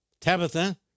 Tabitha